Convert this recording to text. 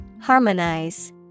Harmonize